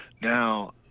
Now